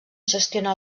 gestiona